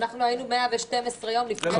היינו 112 יום לפני ההתפזרות.